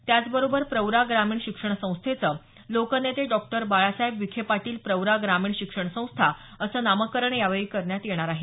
त्याचबरोबर प्रवरा ग्रामीण शिक्षण संस्थेचं लोकनेते डॉक्टर बाळासाहेब विखे पाटील प्रवरा ग्रमीण शिक्षण संस्था असं नामकरण यावेळी करण्यात येणार आहे